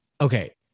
okay